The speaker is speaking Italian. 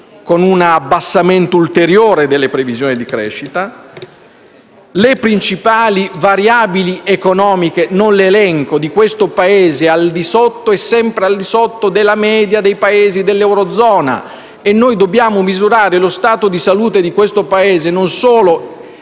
con un abbassamento ulteriore delle previsioni di crescita. Le principali variabili economiche di questo Paese - che non elenco - sono sempre al di sotto della media dei Paesi dell'eurozona e noi dobbiamo misurare lo stato di salute dell'Italia non solo